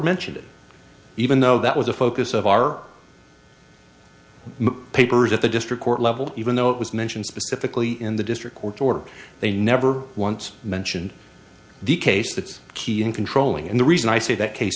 mentioned it even though that was the focus of our papers at the district court level even though it was mentioned specifically in the district court order they never once mentioned the case that's key in controlling and the reason i say that case